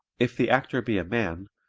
if the actor be a man,